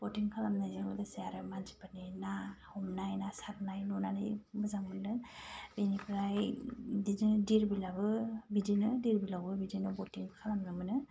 boating खालामनायजों लोगोसे आरो ना हमनाय ना सारनाय नुनानै मोजां मोन्दों बेनिफ्राय बिदिनो धीर बिलाबो बिदिनो धीर बिलावबो बटिं खालामनो मोनो